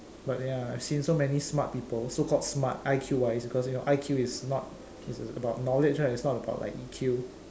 but ya I've seen so many smart people so called smart I_Q wise because you know I_Q is not is about knowledge right it's not about like E_Q